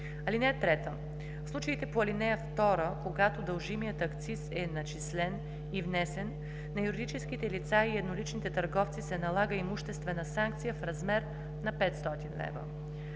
лв. (3) В случаите по ал. 2, когато дължимият акциз е начислен и внесен, на юридическите лица и едноличните търговци се налага имуществена санкция в размер 500 лв.